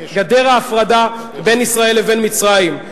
גדר ההפרדה בין ישראל לבין מצרים.